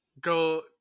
go